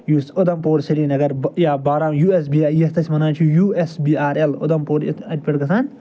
یُس اوٚدھمپور سرینگر یا بارہ یوٗ اٮ۪س بی آی یَتھ أسۍ ونان چھِ U S B R L Udhampur اَتہِ پٮ۪ٹھ گژھان